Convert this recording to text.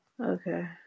Okay